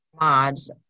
mods